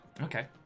Okay